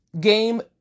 game